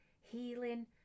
healing